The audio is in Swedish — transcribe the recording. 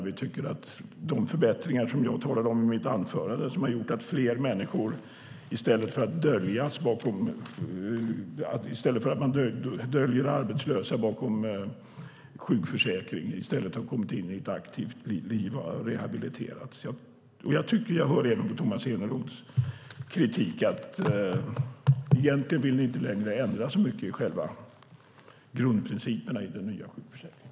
Vi tycker att de förbättringar som jag i mitt anförande talade om och som gjort att fler arbetslösa i stället för att döljas bakom sjukförsäkringen har kommit in i ett aktivt liv och rehabiliterats. Utifrån Tomas Eneroths kritik tycker jag mig höra att ni egentligen inte längre vill ändra så mycket i grundprinciperna i den nya sjukförsäkringen.